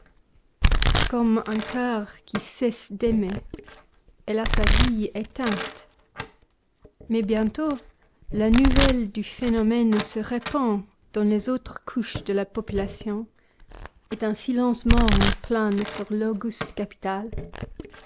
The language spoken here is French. comme un coeur qui cesse d'aimer elle a sa vie éteinte mais bientôt la nouvelle du phénomène se répand dans les autres couches de la population et un silence morne plane sur l'auguste capitale